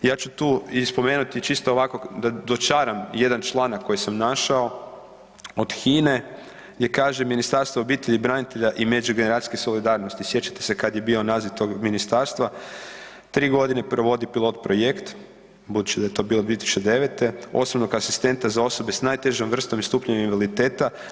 Ja ću tu spomenuti čisto ovako da dočaram jedan članak koji sam našao od HINA-e gdje kaže „Ministarstvo obitelji, branitelja i međugeneracijske solidarnosti“, sjećate se kada je bio naziv tog ministarstva „tri godine provodi pilot projekt“, budući da je to bilo 2009. „osobnog asistenta za osobe sa najtežom vrstom i stupnjem invaliditeta.